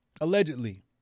allegedly